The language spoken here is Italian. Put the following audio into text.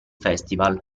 festival